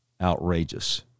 outrageous